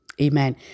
Amen